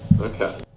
Okay